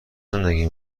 زندگی